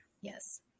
Yes